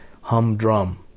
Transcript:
humdrum